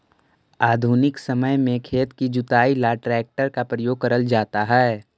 आधुनिक समय में खेत की जुताई ला ट्रैक्टर का प्रयोग करल जाता है